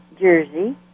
Jersey